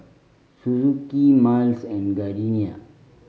Suzuki Miles and Gardenia